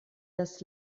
das